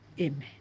Amen